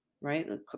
right